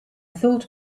thought